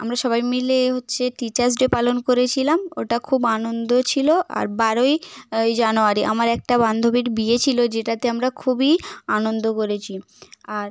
আমরা সবাই মিলে হচ্ছে টিচার্স ডে পালন করেছিলাম ওটা খুব আনন্দ ছিলো আর বারোই ই জানুয়ারি আমার একটা বান্ধবীর বিয়ে ছিলো যেটাতে আমরা খুবই আনন্দ করেছি আর